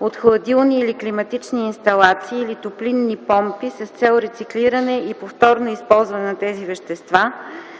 от хладилни или климатични инсталации или топлинни помпи с цел рециклиране и повторно използване на тези вещества,